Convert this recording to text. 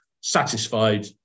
satisfied